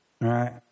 right